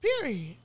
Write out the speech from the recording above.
Period